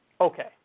Okay